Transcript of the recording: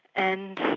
and